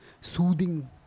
soothing